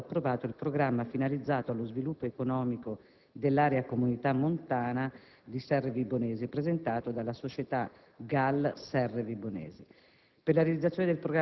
è stato approvato il programma finalizzato allo sviluppo economico dell'area della Comunità montana delle Serre Vibonesi, presentato dalla società G.A.L. Serre Vibonesi.